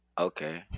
Okay